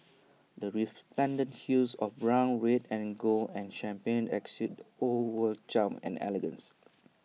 the resplendent hues of brown red and gold and champagne exude old world charm and elegance